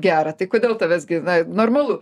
gera tai kodėl tavęs gi na normalu